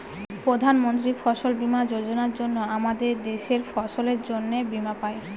প্রধান মন্ত্রী ফসল বীমা যোজনার জন্য আমাদের দেশের ফসলের জন্যে বীমা পাই